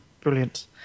brilliant